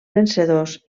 vencedors